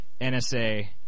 NSA